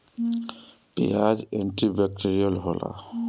पियाज antibacterial होला